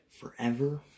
forever